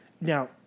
Now